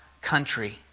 country